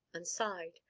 and sighed,